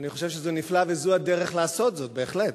אני חושב שזה נפלא וזו הדרך לעשות זאת, בהחלט.